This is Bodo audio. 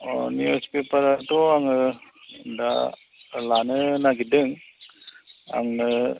अ निउस पेपाराथ' आङो दा लानो नागिरदों आंनो